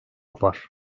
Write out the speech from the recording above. var